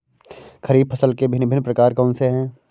खरीब फसल के भिन भिन प्रकार कौन से हैं?